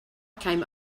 came